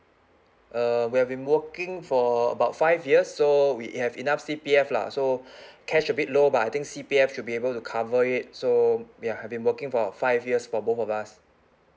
uh we have been working for about five years so we have enough C_P_F lah so cash a bit low but I think C_P_F should be able to cover it so ya I've been working for five years for both of us